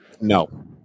no